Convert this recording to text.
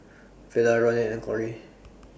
Vela Ronin and Corrie